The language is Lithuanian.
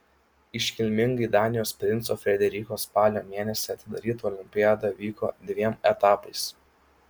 iškilmingai danijos princo frederiko spalio mėnesį atidaryta olimpiada vyko dviem etapais